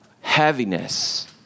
heaviness